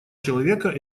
человека